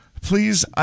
please